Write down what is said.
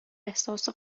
احساس